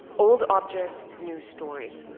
old objects, new stories.